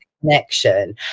connection